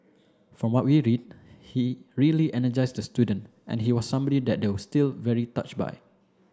from what we read he really energized the student and he was somebody that they were still very touched by